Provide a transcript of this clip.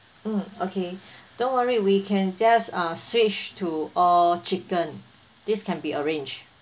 mm okay don't worry we can just uh switch to all chicken this can be arranged